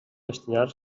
destinar